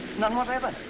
none whatever.